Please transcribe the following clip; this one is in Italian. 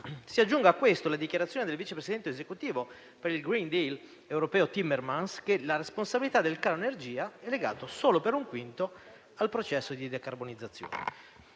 Si aggiunga a questo la dichiarazione del vice presidente esecutivo per il *green deal* europeo, Timmermans, per cui la responsabilità del caro energia è legata solo per un quinto al processo di decarbonizzazione.